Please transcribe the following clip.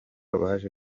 baje